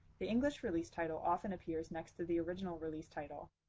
the english release title often appears next to the original release title.